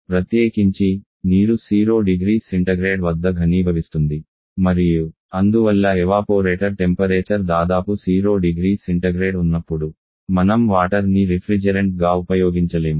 ప్రత్యేకించి నీరు 00C వద్ద ఘనీభవిస్తుంది మరియు అందువల్ల ఎవాపోరేటర్ టెంపరేచర్ దాదాపు 00C ఉన్నప్పుడు మనం వాటర్ ని రిఫ్రిజెరెంట్ గా ఉపయోగించలేము